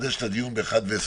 נחדש את הדיון ב-13:20,